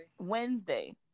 Wednesday